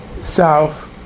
south